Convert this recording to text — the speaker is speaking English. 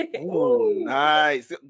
Nice